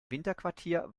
winterquartier